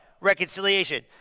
Reconciliation